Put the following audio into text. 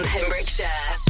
Pembrokeshire